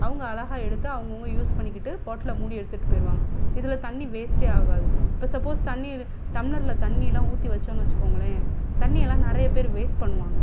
அவங்க அழகாக எடுத்து அவங்கவுங்க யூஸ் பண்ணிக்கிட்டு பாட்டில் மூடி எடுத்துகிட்டு போயிருவாங்க இதில் தண்ணி வேஸ்ட்டே ஆகாது இப்போ சப்போஸ் தண்ணி இருக் டம்ளரில் தண்ணியெல்லாம் ஊற்றி வெச்சோனு வெச்சுக்கோங்களேன் தண்ணியெல்லாம் நிறைய பேர் வேஸ்ட் பண்ணுவாங்க